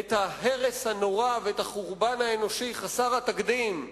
את ההרס הנורא ואת החורבן האנושי, חסר התקדים,